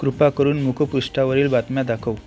कृपा करून मुखपृष्ठावरील बातम्या दाखव